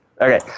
Okay